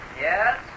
Yes